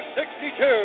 62